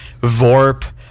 VORP